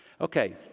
Okay